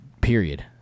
period